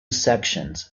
sections